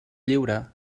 lliure